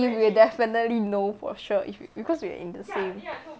we'll definitely know for sure if because we are in the same